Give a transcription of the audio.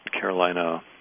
Carolina